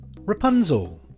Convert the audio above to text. Rapunzel